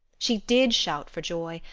she did shout for joy,